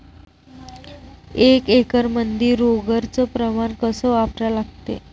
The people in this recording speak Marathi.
एक एकरमंदी रोगर च प्रमान कस वापरा लागते?